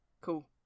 Cool